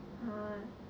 err